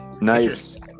Nice